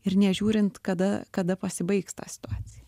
ir nežiūrint kada kada pasibaigs ta situacija